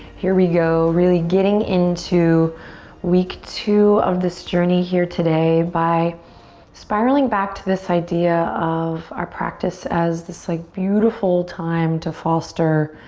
here we go. really getting into week two of this journey here today by spiraling back to this idea of our practice as this like beautiful time to foster